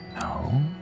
No